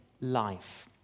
life